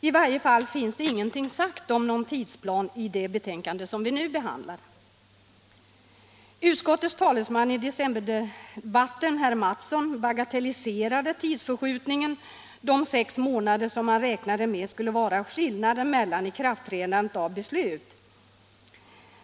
I varje fall finns det ingenting sagt om någon tidsplan i det betänkande som vi nu behandlar. Utskottets talesman i decemberdebatten, herr Mattsson, bagatelliserade tidsförskjutningen, alltså de sex månader som han räknade med skulle vara skillnaden mellan beslutet och ikraftträdandet.